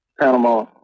Panama